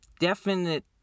definite